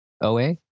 OA